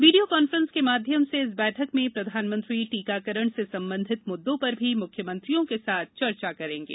video conference के माध्यम से इस बैठक में प्रधानमंत्री टीकाकरण से संबंधित मुद्दों पर भी म्ख्यमंत्रियों के साथ चर्चा करेंगे